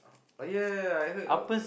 oh yeah yeah yeah I heard about